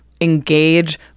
Engage